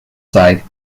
side